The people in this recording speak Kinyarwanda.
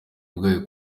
bwayo